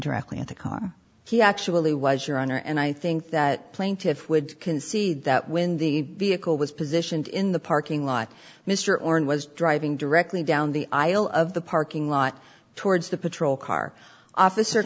directly at the car he actually was your honor and i think that plaintiff would concede that when the vehicle was positioned in the parking lot mr oren was driving directly down the aisle of the parking lot towards the patrol car officer